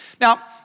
Now